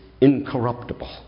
incorruptible